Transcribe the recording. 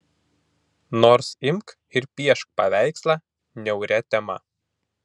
nors imk ir piešk paveikslą niauria tema